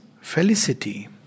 felicity